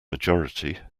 majority